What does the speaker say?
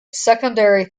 secondary